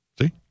See